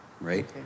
right